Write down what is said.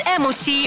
MOT